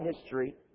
history